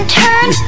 turn